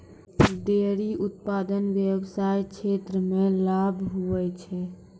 dairy उप्तादन व्याबसाय क्षेत्र मे लाभ हुवै छै